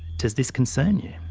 does this concern you?